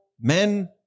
men